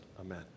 amen